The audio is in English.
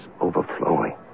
overflowing